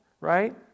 right